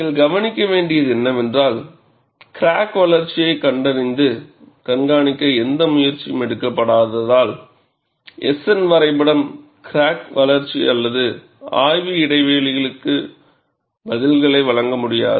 நீங்கள் கவனிக்க வேண்டியது என்னவென்றால் கிராக் வளர்ச்சியைக் கண்டறிந்து கண்காணிக்க எந்த முயற்சியும் எடுக்கப்படாததால் S N வரைபடம் கிராக் வளர்ச்சி அல்லது ஆய்வு இடைவெளிகளுக்கு பதில்களை வழங்க முடியாது